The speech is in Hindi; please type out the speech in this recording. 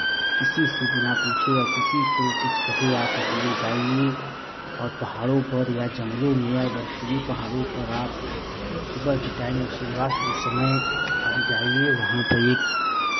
किसी से बिना पूछे या किसी को कुछ कहे आप अकेले जाइये और पहाड़ों पर या जंगलों में या बर्फीली पहाड़ों पर आप सुबह के टाइम सूर्यास्त के समय आप जाइये वहाँ पर एक